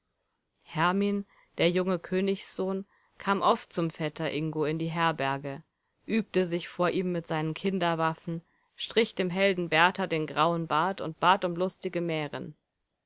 hermin der junge königssohn kam oft zum vetter ingo in die herberge übte sich vor ihm mit seinen kinderwaffen strich dem helden berthar den grauen bart und bat um lustige mären